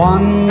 One